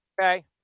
Okay